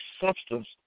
substance